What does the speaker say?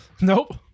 Nope